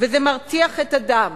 וזה מרתיח את הדם,